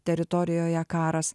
teritorijoje karas